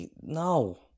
no